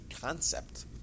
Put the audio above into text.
concept